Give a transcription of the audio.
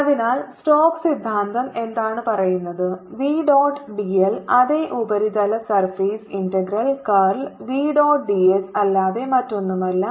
Vxyzx2yijCxyk അതിനാൽ Stokes സിദ്ധാന്തം എന്താണ് പറയുന്നത് v ഡോട്ട് d l അതേ ഉപരിതല surface integral curl v dot d s അല്ലാതെ മറ്റൊന്നുമല്ല